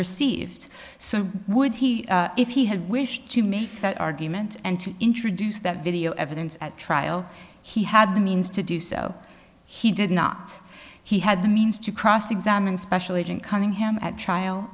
received so would he if he had wished to make that argument and to introduce that video evidence at trial he had the means to do so he did not he had the means to cross examine special agent cunningham at trial